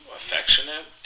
affectionate